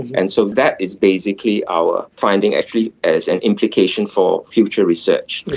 and so that is basically our finding actually as an implication for future research.